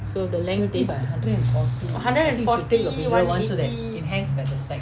so the length hundred and forty one eighty